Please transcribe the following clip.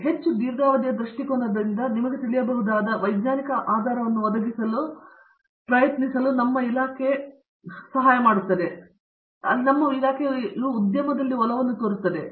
ಆದರೆ ಸ್ವಲ್ಪ ಹೆಚ್ಚು ದೀರ್ಘಾವಧಿಯ ದೃಷ್ಟಿಕೋನದಿಂದ ನಿಮಗೆ ತಿಳಿಯಬಹುದಾದ ವೈಜ್ಞಾನಿಕ ಆಧಾರವನ್ನು ಒದಗಿಸಲು ಪ್ರಯತ್ನಿಸಲು ನಮ್ಮ ಇಲಾಖೆಗೆ ಆ ಉದ್ಯಮವು ತೋರುತ್ತದೆ